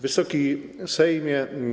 Wysoki Sejmie!